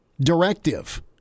directive